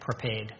prepared